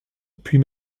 puis